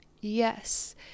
Yes